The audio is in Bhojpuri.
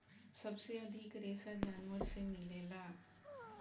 सबसे अधिक रेशा जानवर से मिलेला